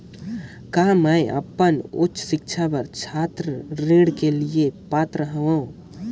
का मैं अपन उच्च शिक्षा बर छात्र ऋण के लिए पात्र हंव?